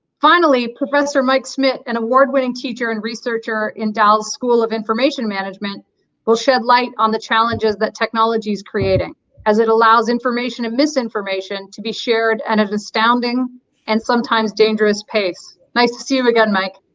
finally professor mike schmidt, an award-winning teacher and researcher in dal's school of information management will shed light on the challenges that technology is creating as it allows information and misinformation to be shared and at an astounding and sometimes dangerous pace nice to see you again mike.